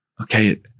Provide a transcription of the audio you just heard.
Okay